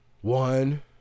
One